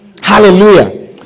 Hallelujah